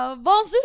Bonjour